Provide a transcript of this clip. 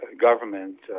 government